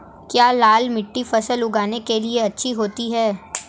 क्या लाल मिट्टी फसल उगाने के लिए अच्छी होती है?